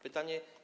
Pytanie.